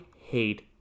hate